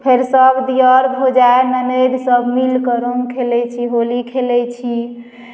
फेर सभ दिअर भौजाइ ननदिसभ मिलकर रङ्ग खेलैत छी होली खेलैत छी